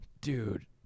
dude